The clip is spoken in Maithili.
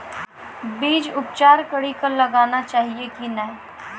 बीज उपचार कड़ी कऽ लगाना चाहिए कि नैय?